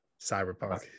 Cyberpunk